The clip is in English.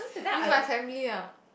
with my family ah